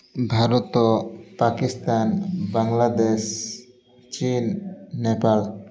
Bharat Pakistan Bangladesh Chin Nepal